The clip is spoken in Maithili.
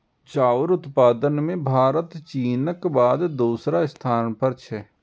चाउर उत्पादन मे भारत चीनक बाद दोसर स्थान पर छै